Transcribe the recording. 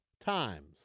times